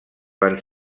van